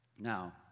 Now